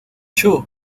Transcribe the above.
two